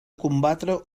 combatre